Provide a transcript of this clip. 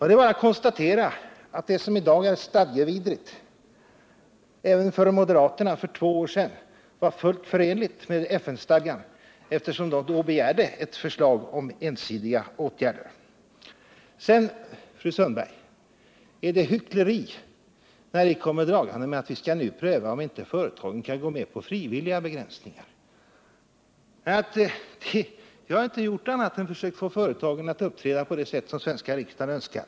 Det är bara att konstatera att det som i dag är stadgevidrigt även för moderaterna för två år sedan var fullt förenligt med FN-stadgan, eftersom de då begärde ett förslag om ensidiga åtgärder. Till Ingrid Sundberg vill jag säga att det är hyckleri när ni moderater kommer dragande med att vi skall pröva om det inte går att få företagen att gå med på frivilliga begränsningar. Jag har inte gjort annat än försökt få företagen att uppträda på det sätt som den svenska riksdagen önskar.